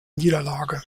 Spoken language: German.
niederlage